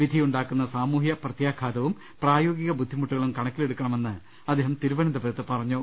വിധിയുണ്ടാക്കുന്ന സാമൂഹ്യപ്ര ത്യാഘാതവും പ്രായോഗിക ബുദ്ധിമുട്ടുകളും കണക്കിലെടുക്കണമെന്ന് അദ്ദേഹം തിരുവനന്തപുരത്ത് പറഞ്ഞു